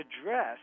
address